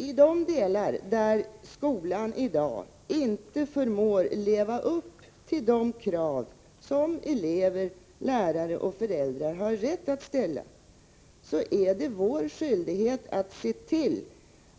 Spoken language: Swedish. I de delar där skolan i dag inte förmår att leva upp till de krav som elever, lärare och föräldrar har rätt att ställa är det vår skyldighet att se till